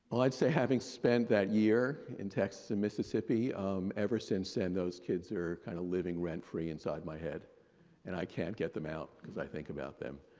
let's say having spent that year in texas and mississippi ever since and those kids are kind of living rent-free inside my head and i can't get them out because i think about them.